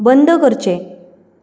बंद करचें